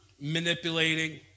manipulating